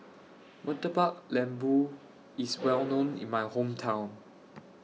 Murtabak Lembu IS Well known in My Hometown